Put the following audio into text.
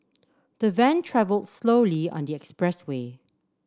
the van travelled slowly on the expressway